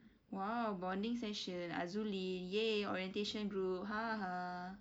!wow! bonding session azulee !yay! orientation group ha ha